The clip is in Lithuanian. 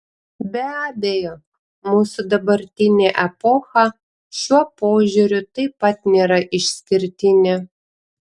be abejo mūsų dabartinė epocha šiuo požiūriu taip pat nėra išskirtinė